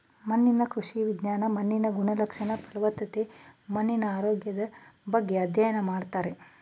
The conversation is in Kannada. ಮಣ್ಣಿನ ಕೃಷಿ ವಿಜ್ಞಾನ ಮಣ್ಣಿನ ಗುಣಲಕ್ಷಣ, ಫಲವತ್ತತೆ, ಮಣ್ಣಿನ ಆರೋಗ್ಯದ ಬಗ್ಗೆ ಅಧ್ಯಯನ ಮಾಡ್ತಾರೆ